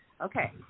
Okay